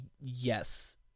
yes